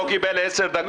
זה לא נגד הליך דמוקרטי.